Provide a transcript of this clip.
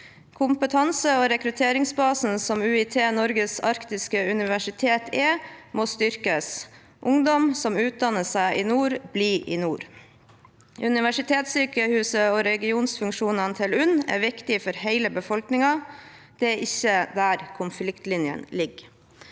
Kompetanse- og rekrutteringsbasen som UiT, Norges arktiske universitet, er, må styrkes. Ungdom som utdanner seg i nord, blir i nord. Universitetssykehuset, UNN, og dets regionsfunksjoner er viktig for hele befolkningen. Det er ikke der konfliktlinjene ligger.